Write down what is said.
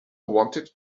wanted